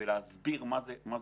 ולהסביר מהו כולל.